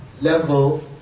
level